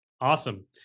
Awesome